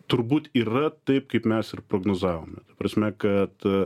turbūt yra taip kaip mes ir prognozavome ta prasme kad